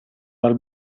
dal